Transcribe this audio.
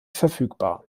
verfügbar